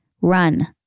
run